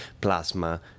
plasma